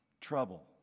Trouble